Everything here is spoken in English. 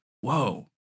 whoa